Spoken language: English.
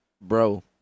Bro